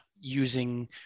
using